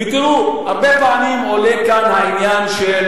הרבה פעמים עולה בדיון כאן העניין של